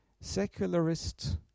Secularist